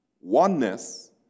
Oneness